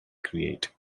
create